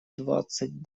двадцать